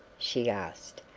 she asked,